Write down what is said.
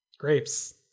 grapes